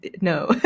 no